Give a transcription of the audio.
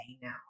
Now